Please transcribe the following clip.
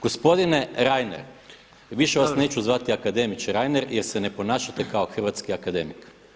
Gospodine Reiner, više vas neću zvati akademiče Reiner jer se ne ponašate kao hrvatski akademik.